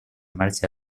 marcha